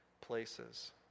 places